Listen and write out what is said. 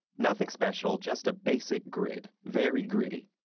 nothing special, just a basic grid, very grid-y.